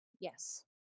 Yes